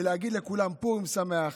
ונגיד לכולם פורים שמח,